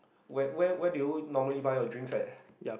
where where where do you normally buy your drinks at